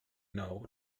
know